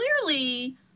clearly